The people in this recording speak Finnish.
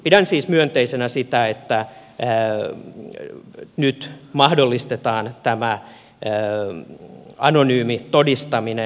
pidän siis myönteisenä sitä että nyt mahdollistetaan tämä anonyymi todistaminen